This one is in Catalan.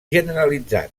generalitzat